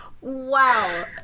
Wow